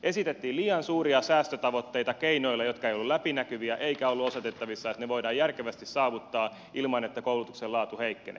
esitettiin liian suuria säästötavoitteita keinoilla jotka eivät olleet läpinäkyviä eikä ollut osoitettavissa että ne voidaan järkevästi saavuttaa ilman että koulutuksen laatu heikkenee